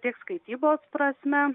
tiek skaitybos prasme